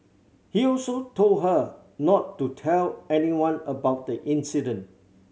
he also told her not to tell anyone about the incident